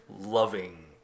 loving